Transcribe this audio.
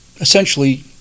essentially